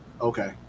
Okay